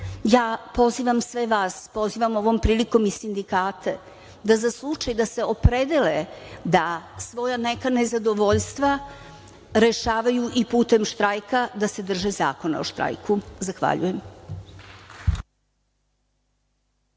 pozivam sve vas, pozivam ovom prilikom i sindikate za slučaj da se opredele da neka svoja nezadovoljstva, rešavaju i putem štrajka, da se drže Zakona o štrajku. **Snežana